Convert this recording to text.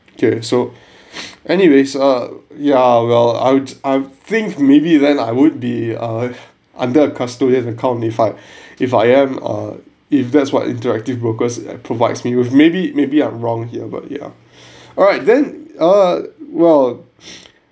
okay so anyways uh yeah well I'd I'd think maybe then I would be ah under a custodian account if I if I am uh if that's what interactive brokers uh provides me with maybe maybe I'm wrong here but yeah alright then err well